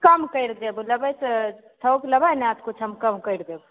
कम करि देब लेबै तऽ थौक लेबै ने तऽ किछु हम कम करि देब